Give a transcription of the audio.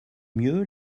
mieux